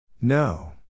No